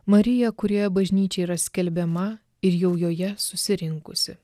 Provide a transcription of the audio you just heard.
mariją kurioje bažnyčia yra skelbiama ir jau joje susirinkusi